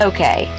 Okay